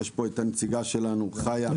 יש פה הנציגה שלנו חיה.